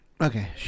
Okay